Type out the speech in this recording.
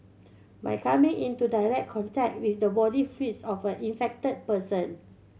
by coming into direct contact with the body fluids of an infected person